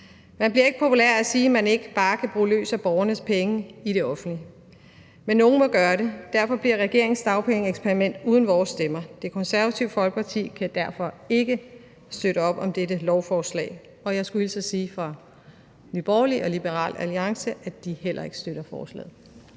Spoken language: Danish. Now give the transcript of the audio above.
Man bliver ikke populær af at sige, at man ikke bare kan bruge løs af borgernes penge i det offentlige, men nogen må gøre det, og derfor bliver regeringens dagpengeeksperiment uden vores stemmer. Det Konservative Folkeparti kan derfor ikke støtte op om dette lovforslag. Jeg skulle hilse og sige fra Nye Borgerlige og Liberal Alliance, at de heller ikke støtter forslaget.